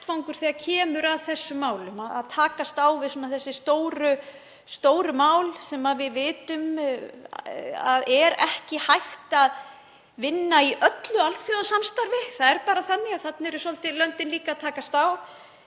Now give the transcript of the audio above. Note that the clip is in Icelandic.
þeim málum, að takast á við þessi stóru mál sem við vitum að er ekki hægt að vinna í öllu alþjóðasamstarfi. Það er bara þannig að þar eru löndin líka að takast